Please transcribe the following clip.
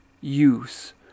use